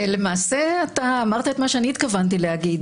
למעשה אתה אמרת את מה שאני התכוונתי להגיד,